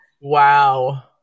Wow